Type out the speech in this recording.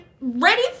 ready